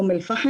אום אל פחם.